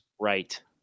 Right